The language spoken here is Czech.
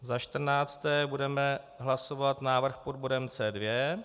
Za čtrnácté budeme hlasovat návrh pod bodem C2.